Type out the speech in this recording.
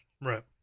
right